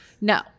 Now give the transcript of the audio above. No